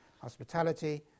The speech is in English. hospitality